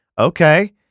Okay